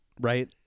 right